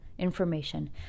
information